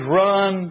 run